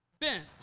bent